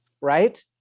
right